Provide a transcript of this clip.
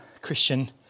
Christian